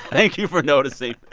thank you for noticing.